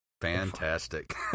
Fantastic